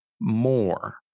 more